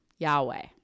Yahweh